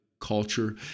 culture